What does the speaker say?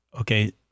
okay